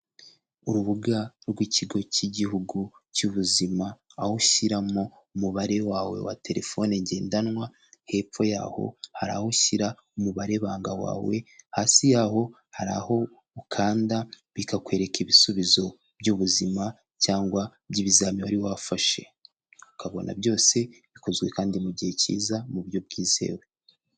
Urubuga rw'ikigo cy'igihugu cy'ubuzima aho ushyiramo umubare wawe wa terefone ngendanwa, hepfo yaho hari aho ushyira umubare banga wawe, hasi yaho hari aho ukanda bikakwereka ibisubizo by'ubuzima cyangwa by'ibizami wari wafashe, ukabona byose bikozwe kandi mu gihe cyiza mu buryo bwizewe.